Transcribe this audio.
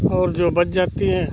और जो बच जाती हैं